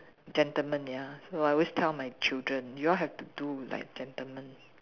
gentleman ya so I always tell my children you all have to do like gentleman